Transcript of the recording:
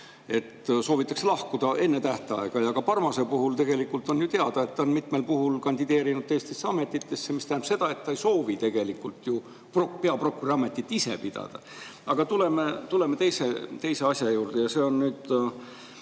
soovitakse lahkuda enne tähtaega. Ka Parmase puhul on ju teada, et ta on mitmel puhul kandideerinud teistesse ametitesse, mis tähendab seda, et ta ei soovi tegelikult ise peaprokuröri ametit pidada. Aga tuleme teise asja juurde, see on justkui